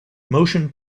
motion